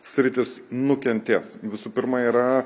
sritys nukentės visų pirma yra